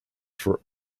for